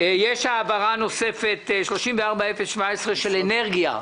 יש העברה נוספת, העברה מס' 34-017: משרד האנרגיה.